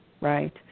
right